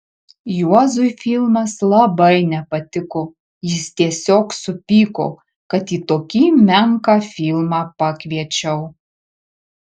juozui filmas labai nepatiko jis tiesiog supyko kad į tokį menką filmą pakviečiau